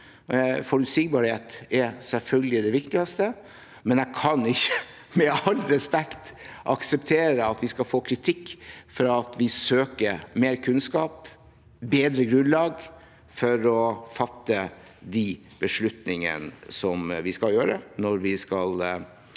Forutsigbarhet er selvfølgelig det viktigste, men jeg kan med all respekt ikke akseptere at vi skal få kritikk for at vi søker mer kunnskap og et bedre grunnlag for å fatte de beslutningene som vi skal gjøre, når vi skal